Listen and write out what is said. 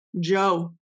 Joe